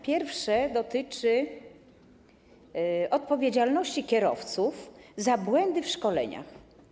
Pierwsze dotyczy odpowiedzialności kierowców za błędy w szkoleniach.